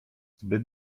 zbyt